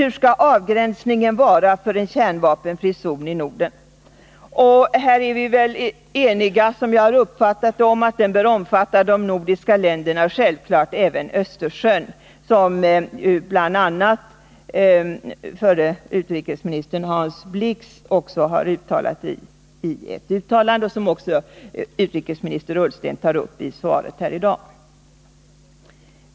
Hurdan skall avgränsningen vara för en kärnvapenfri zon i Norden? Här är vi eniga, som jag har uppfattat det, om att den bör omfatta de nordiska länderna och självfallet även Östersjön, som bl.a. förre utrikesministern Hans Blix har uttalat och som även utrikesminister Ullsten säger i svaret här i dag.